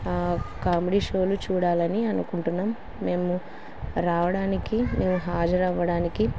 comedy షోలు చూడాలని అనుకుంటున్నాం మేము రావడానికి మేము హాజర అవ్వడానికి